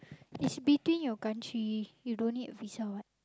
is between your country you don't need Visa what